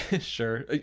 sure